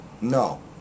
No